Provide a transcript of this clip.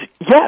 yes